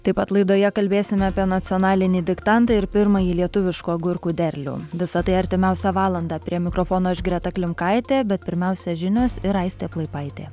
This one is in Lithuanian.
taip pat laidoje kalbėsime apie nacionalinį diktantą ir pirmąjį lietuviškų agurkų derlių visa tai artimiausią valandą prie mikrofono aš greta klimkaitė bet pirmiausia žinios ir aistė plaipaitė